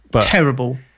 terrible